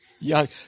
young